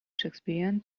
shakespearean